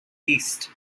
east